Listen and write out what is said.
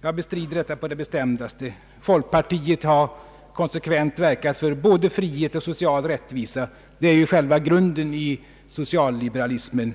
Jag bestrider detta på det bestämdaste. Folkpartiet har konsekvent verkat för både frihet och social rättvisa. Det är ju själva grunden i socialliberalismen.